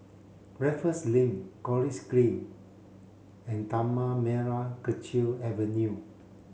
Raffles Link College Green and Tanah Merah Kechil Avenue